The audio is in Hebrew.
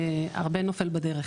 והרבה נופל בדרך,